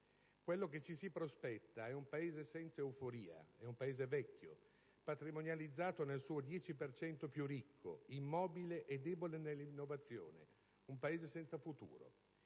Quello che ci prospettate è un Paese senza euforia, vecchio, patrimonializzato nel suo 10 per cento più ricco, immobile e debole nell'innovazione. Un Paese senza futuro.